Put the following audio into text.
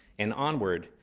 and onward,